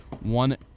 one